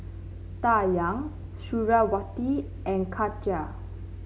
Dayang Suriawati and Khadija